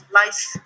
life